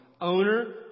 owner